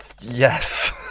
yes